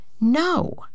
No